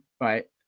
right